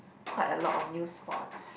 quite a lot of new sports